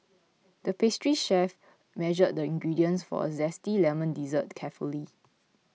the pastry chef measured the ingredients for a Zesty Lemon Dessert carefully